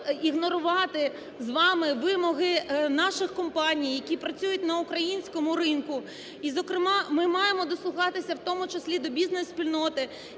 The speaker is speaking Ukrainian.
ігнорувати з вами вимоги наших компаній, які працюють на українському ринку. І, зокрема, ми маємо дослухатися в тому числі до бізнес-спільноти,